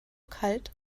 kalt